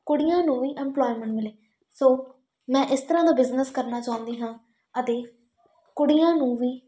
ਕੁੜੀਆਂ ਨੂੰ ਵੀ ਇਮਪਲੋਇਮੈਂਟ ਮਿਲੇ ਸੋ ਮੈਂ ਇਸ ਤਰ੍ਹਾਂ ਦਾ ਬਿਜ਼ਨਸ ਕਰਨਾ ਚਾਹੁੰਦੀ ਹਾਂ ਅਤੇ ਕੁੜੀਆਂ ਨੂੰ ਵੀ